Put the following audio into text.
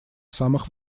самых